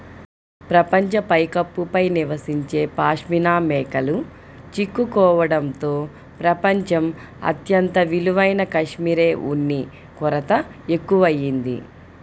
ప్రపంచ పైకప్పు పై నివసించే పాష్మినా మేకలు చిక్కుకోవడంతో ప్రపంచం అత్యంత విలువైన కష్మెరె ఉన్ని కొరత ఎక్కువయింది